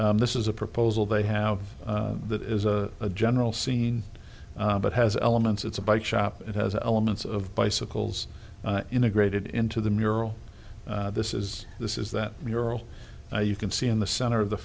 this is a proposal they have that is a general scene but has elements it's a bike shop it has elements of bicycles integrated into the mural this is this is that mural now you can see in the center of the